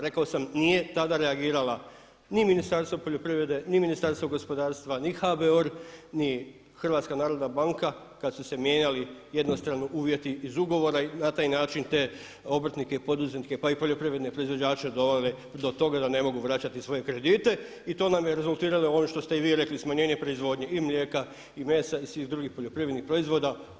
Rekao sam nije tada reagiralo ni Ministarstvo poljoprivrede, ni Ministarstvo gospodarstva, ni HBOR, ni HNB kada su se mijenjali jednostrano uvjeti iz ugovora i na taj način te obrtnike i poduzetnike pa i poljoprivredne proizvođače doveli do toga da ne mogu vraćati svoje kredite i to nam je rezultiralo ovim što ste i vi rekli, smanjenje proizvodnje i mlijeka i mesa i svih drugih poljoprivrednih proizvoda.